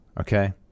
Okay